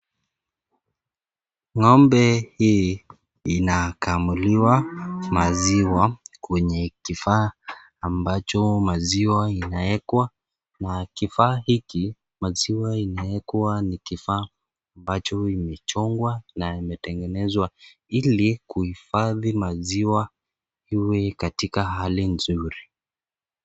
Ngombe hii, ina kamuliwa, maziwa, kwenye kifaa, ambacho maziwa inaekwa, na kifaa hiki, maziwa inaekwa ni kifaa, ambacho imechongwa na imetengenezwa, ili kuhifadhi maziwa, iwe, katika hali nzuri.